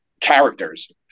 characters